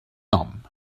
nom